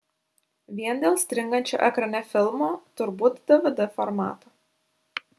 vien dėl stringančio ekrane filmo turbūt dvd formato